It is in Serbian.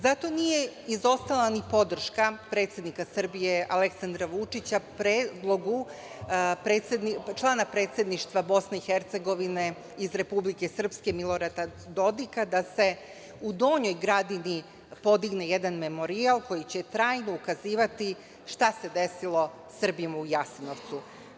Zato nije izostala ni podrška predsednika Srbije Aleksandra Vučića predlogu člana Predsedništva BiH iz Republike Srpske, Milorada Dodika, da se u Donjoj Gradini podigne jedan memorijal koji će trajno ukazivati šta se desilo Srbima u Jasenovcu.